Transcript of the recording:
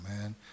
man